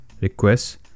requests